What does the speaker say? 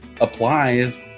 applies